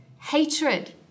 hatred